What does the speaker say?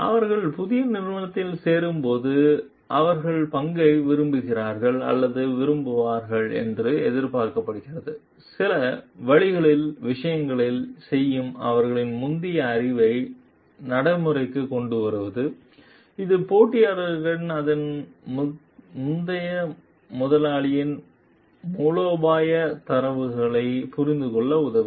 அவர்கள் புதிய நிறுவனத்தில் சேரும்போது அவர்கள் பங்கை விரும்புவார்கள் அல்லது விரும்புவார்கள் என்று எதிர்பார்க்கப்படுகிறது சில வழிகளில் விஷயங்களைச் செய்யுங்கள் அவர்களின் முந்தைய அறிவை நடைமுறைக்குக் கொண்டுவருவது இது போட்டியாளருக்கு அதன் முந்தைய முதலாளியின் மூலோபாய நகர்வுகளைப் புரிந்துகொள்ள உதவும்